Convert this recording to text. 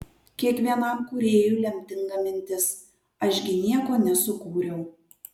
kiekvienam kūrėjui lemtinga mintis aš gi nieko nesukūriau